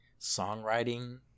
songwriting